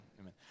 Amen